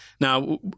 Now